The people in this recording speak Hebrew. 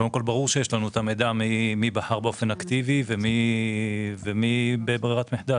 ברור שיש לנו את המידע על מי בחר באופן אקטיבי ומי בברירת המחדל.